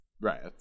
right